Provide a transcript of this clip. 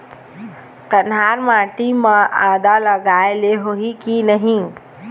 कन्हार माटी म आदा लगाए ले होही की नहीं?